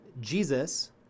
Jesus